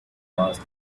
past